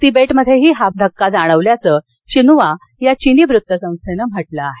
तिबेटमध्येही हा धक्का जाणवल्याचं शिनहुआ या चीनी वृत्तसंस्थेनं म्हटल आहे